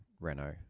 Renault